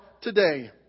today